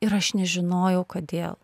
ir aš nežinojau kodėl